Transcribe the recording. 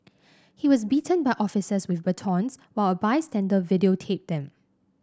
he was beaten by officers with batons while a bystander videotaped them